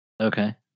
Okay